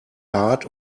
hard